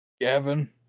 Gavin